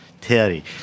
Terry